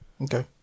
Okay